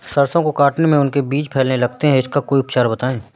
सरसो को काटने में उनके बीज फैलने लगते हैं इसका कोई उपचार बताएं?